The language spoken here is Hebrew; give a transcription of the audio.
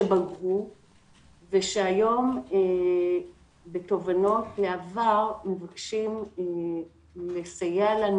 שבגרו ושהיום בתובנות מהעבר מבקשים לסייע לנו